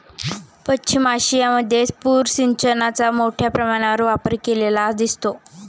पश्चिम आशियामध्ये पूर सिंचनाचा मोठ्या प्रमाणावर वापर केलेला दिसतो